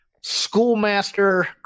schoolmaster